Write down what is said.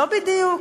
לא בדיוק.